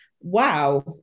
wow